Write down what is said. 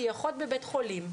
שהיא אחות בבית חולים,